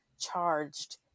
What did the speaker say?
charged